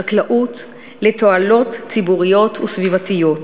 חקלאות לתועלות ציבוריות וסביבתיות.